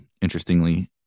interestingly